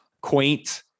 quaint